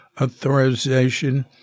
authorization